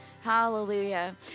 Hallelujah